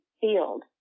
field